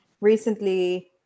recently